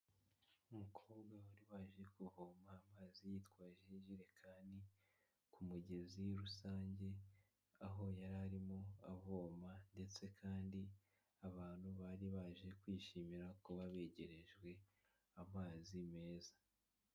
Umukobwa wari waje kuvoma amazi yitwaje ijerekani ku mugezi rusange aho yari arimo avoma ndetse kandi abantu bari baje kwishimira kuba begerejwe amazi meza.